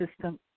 system